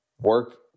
work